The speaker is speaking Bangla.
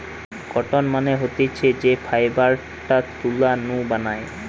কটন মানে হতিছে যেই ফাইবারটা তুলা নু বানায়